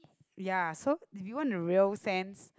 ya so if you want a real sense